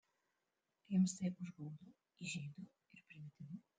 jums tai užgaulu įžeidu ir primityvu